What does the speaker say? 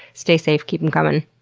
stay safe. keep em coming.